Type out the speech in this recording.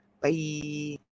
Bye